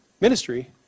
ministry